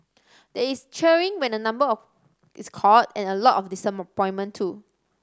there is cheering when a number of is called and a lot of too